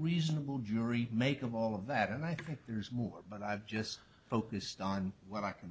reasonable jury make of all of that and i think there's more but i've just focused on what i can